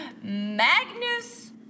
Magnus